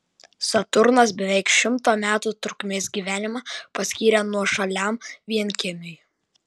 saturnas beveik šimto metų trukmės gyvenimą paskyrė nuošaliam vienkiemiui